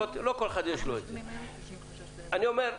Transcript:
אני אומר: